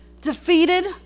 Defeated